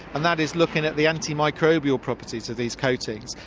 and that is looking at the antimicrobial properties of these coatings.